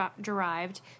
derived